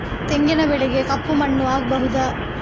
ತೆಂಗಿನ ಬೆಳೆಗೆ ಕಪ್ಪು ಮಣ್ಣು ಆಗ್ಬಹುದಾ?